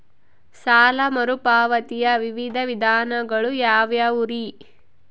ಸಾಲ ಮರುಪಾವತಿಯ ವಿವಿಧ ವಿಧಾನಗಳು ಯಾವ್ಯಾವುರಿ?